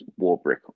Warbrick